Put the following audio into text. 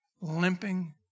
limping